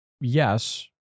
yes